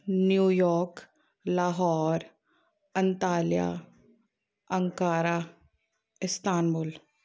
New York Lahore Antalya Ankara Istanbul